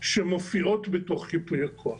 שמופיעות בתוך ייפוי הכוח.